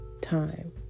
time